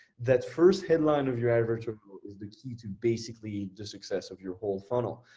that first headline of your advertorial is the key to basically the success of your whole funnel.